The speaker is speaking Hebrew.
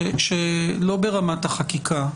יכול להיות שלא ברמת החקיקה,